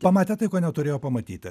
pamatė tai ko neturėjo pamatyti